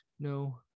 No